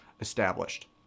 established